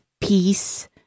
peace